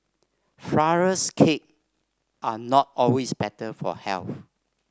flourless cake are not always better for health